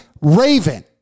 Raven